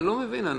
מבין,